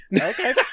Okay